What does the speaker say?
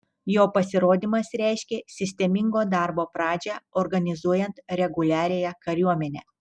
jo pasirodymas reiškė sistemingo darbo pradžią organizuojant reguliariąją kariuomenę